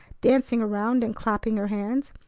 dancing around and clapping her hands.